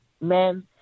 men